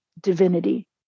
divinity